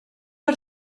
per